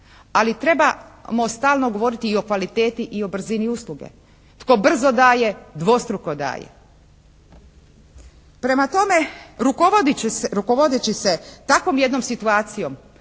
Ali trebamo stalno govoriti i o kvaliteti i o brzini usluge. Tko brzo daje dvostruko daje. Prema tome, rukovodeći se takvom jednom situacijom